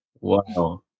Wow